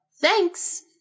thanks